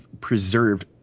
preserved